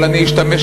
אבל אני אשתמש,